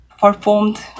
performed